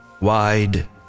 wide